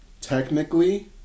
technically